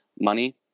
money